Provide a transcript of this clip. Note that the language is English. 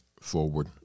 forward